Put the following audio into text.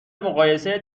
مقایسه